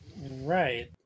Right